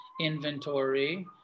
inventory